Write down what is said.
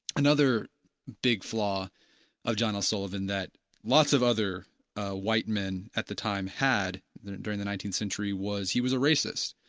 another big flaw of john l. sullivan that lots of other white men at the time had during the nineteenth century was he was a racist.